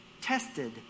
tested